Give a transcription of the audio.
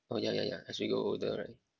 oh ya ya ya as we grow older right